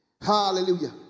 Hallelujah